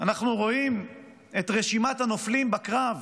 אנחנו רואים את רשימת הנופלים בקרב.